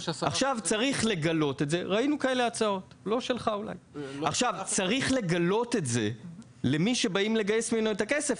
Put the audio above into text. צריך לגלות את זה למי שבאים לגייס ממנו את הכסף,